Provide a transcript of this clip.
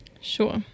Sure